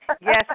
Yes